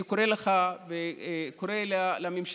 אני קורא לך וקורא לממשלה,